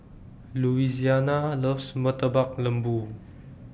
Louisiana loves Murtabak Lembu